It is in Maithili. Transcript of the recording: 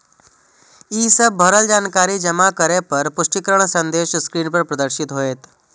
ई सब भरल जानकारी जमा करै पर पुष्टिकरण संदेश स्क्रीन पर प्रदर्शित होयत